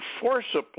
forcibly